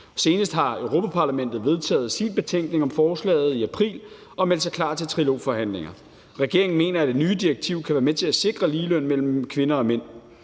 Senest har Europa-Parlamentet vedtaget sin betænkning om forslaget i april og meldt sig klar til trilogforhandlinger. Regeringen mener, at det nye direktiv kan være med til at sikre lige løn mellem kvinder og mænd.